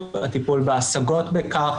הטיפול בהשגות על כך,